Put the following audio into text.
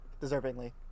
Deservingly